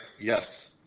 yes